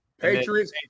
Patriots